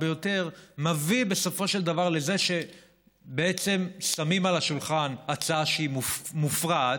ביותר מביאה בסופו של דבר לזה שבעצם שמים על השולחן הצעה שהיא מופרעת,